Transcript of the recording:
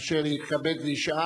אשר יתכבד וישאל.